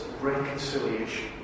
reconciliation